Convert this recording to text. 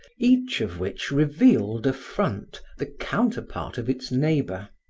each of which revealed a front, the counterpart of its neighbor.